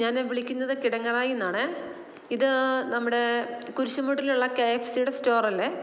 ഞാൻ വിളിക്കുന്നത് കിടങ്ങറായിൽ നിന്നാണ് ഇത് നമ്മുടെ കുരിശു മൂട്ടിലുള്ള കെ എഫ് സിയുടെ സ്റ്റോർ അല്ലേ